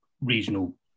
regional